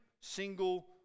single